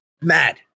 mad